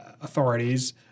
authorities